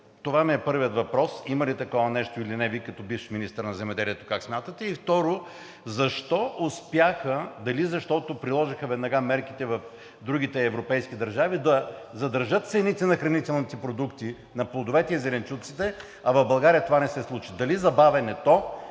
Това е първият ми въпрос: има ли такова нещо или не? Вие като бивш министър на земеделието как смятате? И второ: защо успяха – дали защото веднага приложиха мерките в другите европейски държави, да задържат цените на хранителните продукти, на плодовете и зеленчуците, а в България това не се случи? Дали забавянето